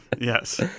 Yes